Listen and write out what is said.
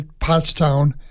Pottstown